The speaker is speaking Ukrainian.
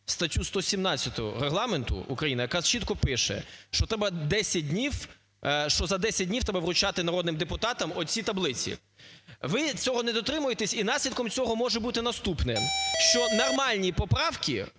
статтю 117 Регламенту України, яка чітко пише, що треба 10 днів, що за 10 днів треба вручати народним депутатам оці таблиці. Ви цього не дотримуєтесь і наслідком цього може бути наступне, що нормальні поправки,